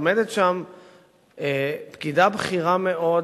עומדת שם פקידה בכירה מאוד,